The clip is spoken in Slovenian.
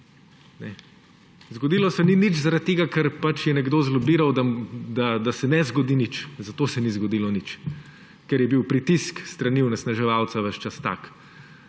Zgodilo se ni nič zaradi tega, ker pač je nekdo zlobiral, da se ne zgodi nič, zato se ni zgodilo nič. Ker je bil pritisk s strani onesnaževalca ves čas tak